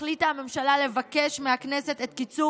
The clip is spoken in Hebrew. החליטה הממשלה לבקש מהכנסת את קיצור